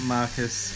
Marcus